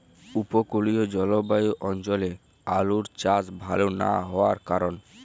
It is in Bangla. উপকূলীয় জলবায়ু অঞ্চলে আলুর চাষ ভাল না হওয়ার কারণ?